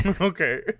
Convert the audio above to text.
okay